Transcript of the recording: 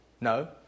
No